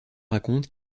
raconte